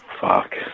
Fuck